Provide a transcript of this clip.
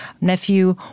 nephew